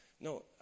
no